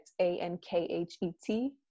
A-N-K-H-E-T